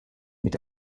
mit